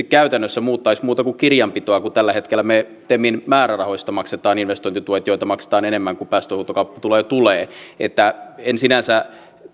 käytännössä muuttaisi muuta kuin kirjanpitoa kun tällä hetkellä me temin määrärahoista maksamme investointituet joita maksetaan enemmän kuin päästöhuutokauppatuloja tulee niin että en sinänsä